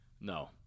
No